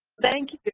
thank you.